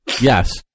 Yes